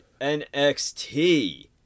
nxt